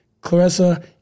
Clarissa